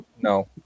no